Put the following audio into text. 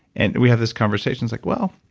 and we have this conversation, it's like, well,